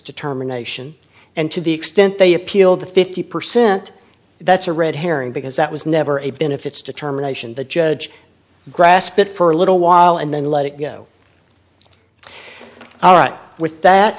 determination and to the extent they appealed that fifty percent that's a red herring because that was never a benefits determination the judge grasp it for a little while and then let it go all right with that